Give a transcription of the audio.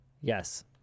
Yes